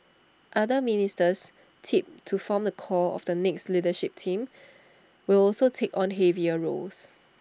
other ministers tipped to form the core of the next leadership team will also take on heavier roles